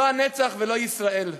לא הנצח ולא ישראל.